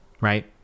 Right